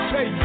Say